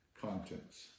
contents